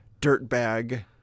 Dirtbag